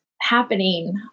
happening